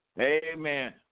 Amen